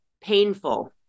painful